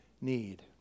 need